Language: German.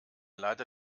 leider